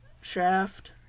shaft